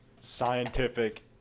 scientific